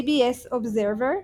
APS Observer,